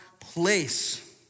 place